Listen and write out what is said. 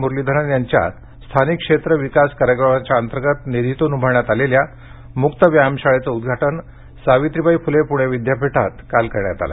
मुरलीधरन यांच्या स्थानिक क्षेत्र विकास कार्यक्रमांतर्गत निधीतून उभारण्यात आलेल्या मुक्त व्यायामशाळेचे उद्घाटन सावित्रीबाई फ़्ले प़णे विद्यापीठात काल झाले